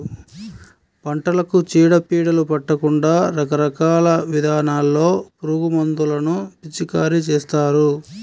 పంటలకు చీడ పీడలు పట్టకుండా రకరకాల విధానాల్లో పురుగుమందులను పిచికారీ చేస్తారు